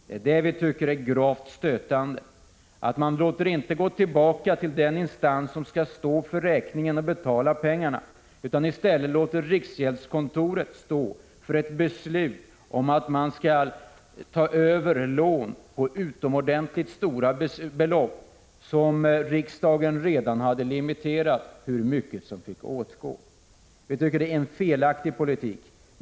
Vi tycker att det är gravt stötande att man inte låter ärendet gå tillbaka till den instans som skall stå för räkningen och betala pengarna, utan att man i stället låter riksgäldskontoret stå för ett beslut om att ta över lån på utomordentligt stora belopp. Riksdagen hade redan satt en gräns för hur mycket av dessa som fick åtgå. Vi tycker att det är en felaktig politik.